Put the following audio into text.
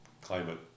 climate